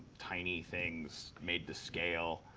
tiny things made to scale.